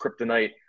kryptonite